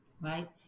right